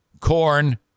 Corn